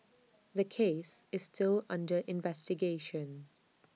the case is still under investigation